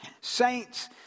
saints